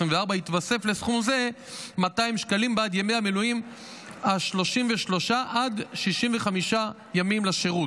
יתווספו לסכום זה 200 שקלים בעד ימי המילואים ה-33 עד 65 ימים לשירות,